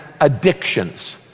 addictions